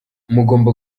mugomba